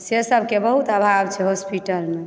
से सभकेँ बहुत आभाव छै हॉस्पिटलमे